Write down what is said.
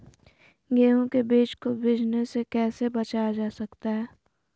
गेंहू के बीज को बिझने से कैसे बचाया जा सकता है?